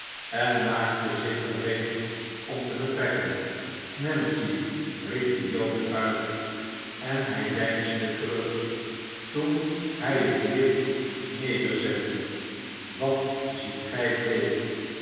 en maakte zich gereed om te vertrekken nancy riep de jood uit en hij deinsde terug toen hij het licht nederzette wat ziet gij bleek